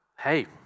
Hey